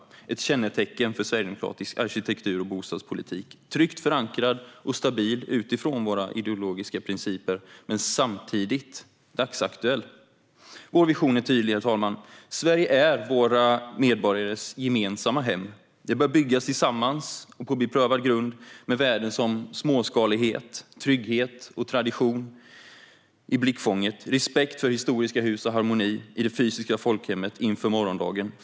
Detta är ett kännetecken för sverigedemokratisk arkitektur och bostadspolitik, tryggt förankrad och stabil utifrån våra ideologiska principer men samtidigt dagsaktuell. Herr talman! Vår vision är tydlig: Sverige är våra medborgares gemensamma hem. Det bör byggas tillsammans och på beprövad grund med värden som småskalighet, trygghet och tradition i blickfånget och med respekt för historiska hus och harmoni i det fysiska folkhemmet inför morgondagen.